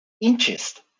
interest